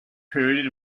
period